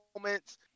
moments